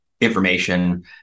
information